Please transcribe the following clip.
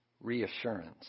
reassurance